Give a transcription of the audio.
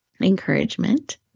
encouragement